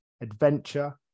adventure